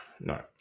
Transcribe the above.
no